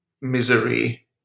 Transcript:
misery